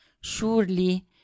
surely